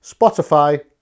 Spotify